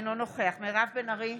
אינו נוכח מירב בן ארי,